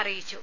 അറിയിച്ചു